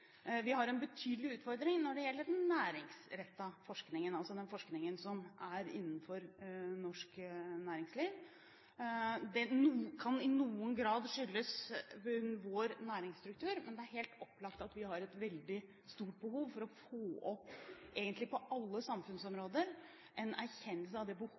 Vi har en betydelig utfordring når det gjelder den næringsrettede forskningen, altså den forskningen som er innenfor norsk næringsliv. Det kan i noen grad skyldes vår næringsstruktur. Men det er helt opplagt at vi har et veldig stort behov for å få opp, egentlig på alle samfunnsområder, en erkjennelse av det